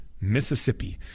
mississippi